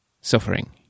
suffering